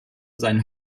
seinen